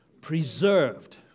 Preserved